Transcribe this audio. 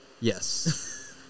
yes